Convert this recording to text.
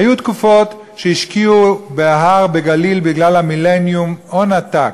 היו תקופות שהשקיעו בהר בגליל בגלל המילניום הון עתק.